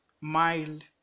mild